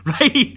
Right